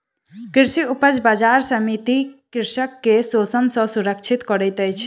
कृषि उपज बजार समिति कृषक के शोषण सॅ सुरक्षित करैत अछि